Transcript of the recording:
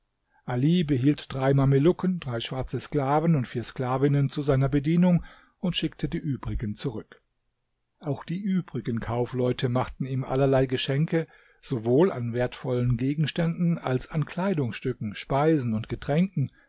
ali behielt drei mamelucken drei schwarze sklaven und vier sklavinnen zu seiner bedienung und schickte die übrigen zurück auch die übrigen kaufleute machten ihm allerlei geschenke sowohl an wertvollen gegenständen als an kleidungsstücken speisen und getränken